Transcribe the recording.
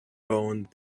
owned